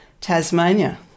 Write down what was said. Tasmania